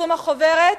פרסום החוברת